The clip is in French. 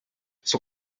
son